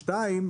שתיים,